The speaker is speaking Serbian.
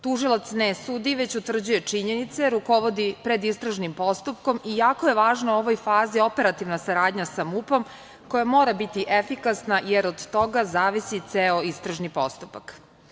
Tužilac ne sudi, već utvrđuje činjenice, rukovodi predistražnim postupkom i jako je važna u ovoj fazi operativna saradnja sa MUP-om koja mora biti efikasna, jer od toga zavisi ceo istražni postupak.